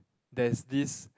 there's this